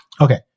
Okay